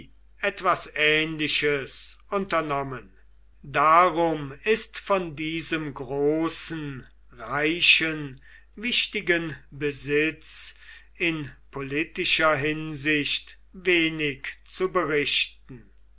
etwas ähnliches unternommen darum ist von diesem großen reichen wichtigen besitz in politischer hinsicht wenig zu berichten